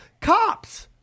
Cops